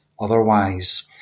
otherwise